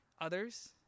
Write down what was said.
others